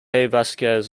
vasquez